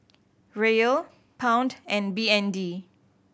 Riyal Pound and B N D